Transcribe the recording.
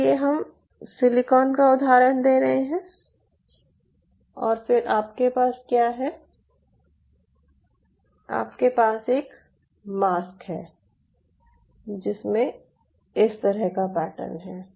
इसलिए हम सिलिकॉन का उदाहरण दे रहे हैं और फिर आपके पास क्या है आपके पास एक मास्क है जिसमें इस तरह का पैटर्न है